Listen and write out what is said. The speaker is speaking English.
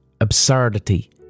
absurdity